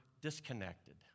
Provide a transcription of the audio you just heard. disconnected